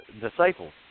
disciples